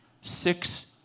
six